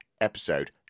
episode